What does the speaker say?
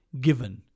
Given